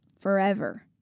forever